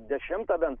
dešimtą bent